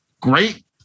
great